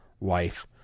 life